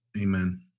Amen